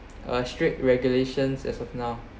a strict regulations as of now